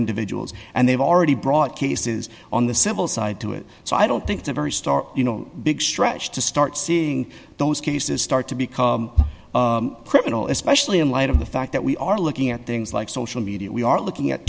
individuals and they've already brought cases on the civil side to it so i don't think it's a very star you know big stretch to start seeing those cases start to become criminal especially in light of the fact that we are looking at things like social media we are looking at